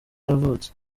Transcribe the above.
yavutse